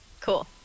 Cool